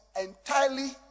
entirely